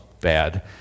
bad